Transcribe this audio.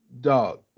dog